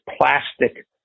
plastic